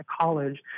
college